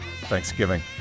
Thanksgiving